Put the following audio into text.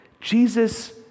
Jesus